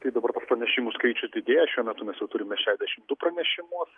tai dabar pranešimų skaičius didėja šiuo metu mes jau turime šešiasdešimt du pranešimus